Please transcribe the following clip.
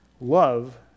Love